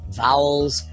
vowels